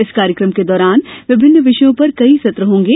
इस कार्यक्रम के दौरान विभिन्न विषयों पर कई सत्र होंगे